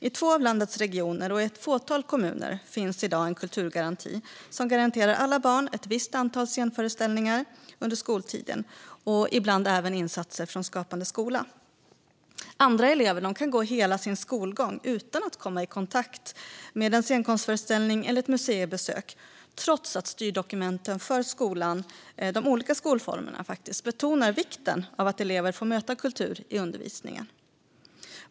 I två av landets regioner och i ett fåtal kommuner finns i dag en kulturgaranti som garanterar alla barn ett visst antal scenföreställningar under skoltiden och ibland även insatser från Skapande skola. Andra elever kan gå hela sin skolgång utan att komma i kontakt med en scenkonstföreställning eller ett museibesök, trots att styrdokument för de olika skolformerna betonar vikten av att elever får möta kultur i undervisningen.